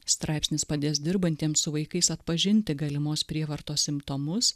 straipsnis padės dirbantiems su vaikais atpažinti galimos prievartos simptomus